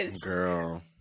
girl